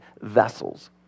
vessels